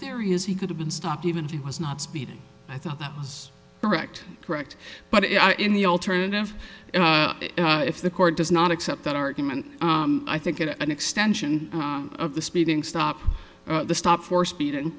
theory is he could have been stopped even if he was not speeding i thought that was correct correct but in the alternative if the court does not accept that argument i think it an extension of the speeding stop the stop for speeding